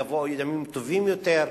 יבואו ימים טובים יותר,